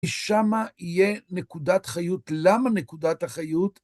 ושמה יהיה נקודת חיות. למה נקודת החיות?